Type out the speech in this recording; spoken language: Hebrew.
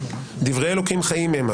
דברי אלוהים חיים הם,